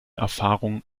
erfahrung